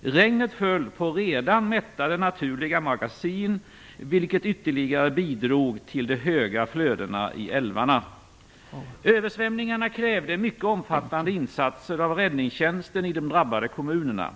Regnet föll på redan mättade naturliga magasin, vilket ytterligare bidrog till de höga flödena i älvarna. Översvämningarna krävde mycket omfattande insatser av räddningstjänsten i de drabbade kommunerna.